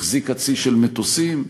החזיקה צי של מטוסים.